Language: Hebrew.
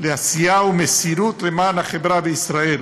לעשייה ומסירות למען החברה בישראל.